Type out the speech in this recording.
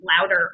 louder